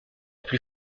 plus